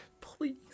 Please